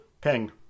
Peng